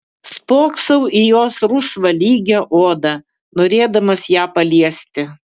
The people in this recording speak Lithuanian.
spoksau į jos rusvą lygią odą norėdamas ją paliesti